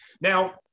Now